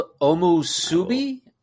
Omusubi